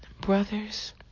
brothers